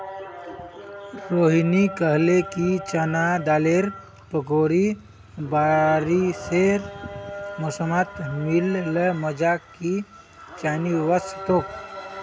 रोहिनी कहले कि चना दालेर पकौड़ी बारिशेर मौसमत मिल ल मजा कि चनई वस तोक